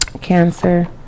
Cancer